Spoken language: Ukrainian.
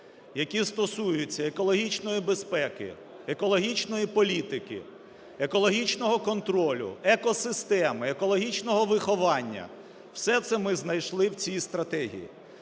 які стосуються екологічної безпеки, екологічної політики, екологічного контролю, екосистеми, екологічного виховання – все це ми знайшли в цій стратегії.